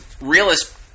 realist